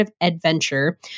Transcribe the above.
adventure